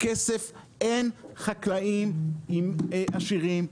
אין חקלאים עשירים,